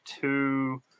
two